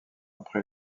après